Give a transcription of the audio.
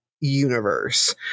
universe